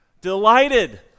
delighted